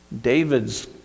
David's